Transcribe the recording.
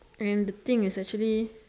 and the thing is actually